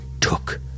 took